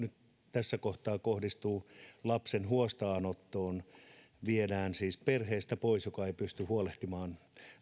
tässä kohtaa kohdistuu huostaanotettavaan lapseen lapsi viedään siis pois perheestä joka ei pysty huolehtimaan